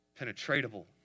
penetratable